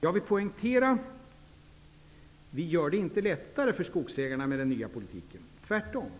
Jag vill poängtera: Vi gör det inte lättare för skogsägarna med den nya politiken, tvärtom.